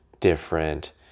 Different